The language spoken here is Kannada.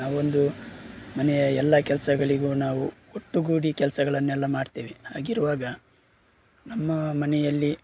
ನಾವೊಂದು ಮನೆಯ ಎಲ್ಲ ಕೆಲಸಗಳಿಗೂ ನಾವು ಒಟ್ಟುಗೂಡಿ ಕೆಲಸಗಳನ್ನೆಲ್ಲ ಮಾಡ್ತೇವೆ ಹಾಗಿರುವಾಗ ನಮ್ಮ ಮನೆಯಲ್ಲಿ